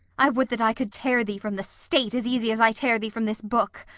i would that i could tear thee from the state as easy as i tear thee from this book.